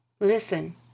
Listen